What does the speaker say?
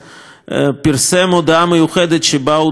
פרסם הודעה מיוחדת שבה הוא תקף חזיתית